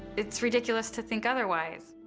it's ridiculous to think otherwise.